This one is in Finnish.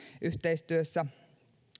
yhteistyössä